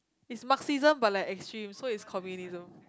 it's marxism but like extreme so is communism